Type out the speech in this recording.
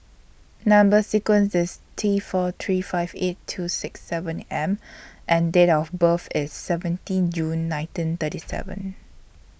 Number sequence IS T four three five eight two six seven M and Date of birth IS seventeen June nineteen thirty seven